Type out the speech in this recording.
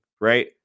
Right